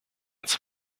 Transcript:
its